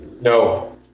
No